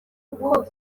kuko